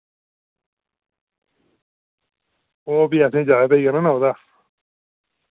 ओ फ्ही असें ज्यादा पेई जाना ना उ'दा